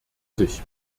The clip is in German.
sich